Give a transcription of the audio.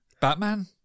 Batman